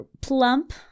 plump